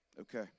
Okay